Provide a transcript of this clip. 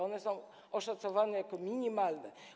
One są oszacowane jako minimalne.